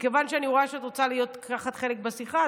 מכיוון שאני רואה שאת רוצה לקחת חלק בשיחה,